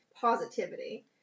positivity